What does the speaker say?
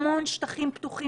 הסכם כמו שהוא הסכם,